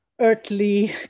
earthly